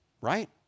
right